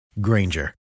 Granger